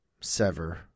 sever